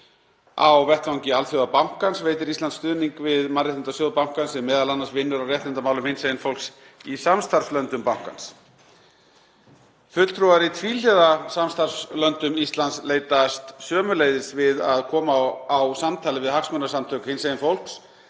Á vettvangi Alþjóðabankans veitir Ísland stuðning við mannréttindasjóð bankans sem vinnur m.a. að réttindamálum hinsegin fólks í samstarfslöndum bankans. Fulltrúar í tvíhliða samstarfslöndum Íslands leitast sömuleiðis við að koma á samtali við hagsmunasamtök hinsegin fólks.